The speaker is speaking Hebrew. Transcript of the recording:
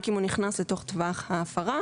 רק אם הוא נכנס לתוך טווח ההפרה.